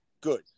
good